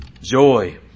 joy